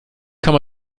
kann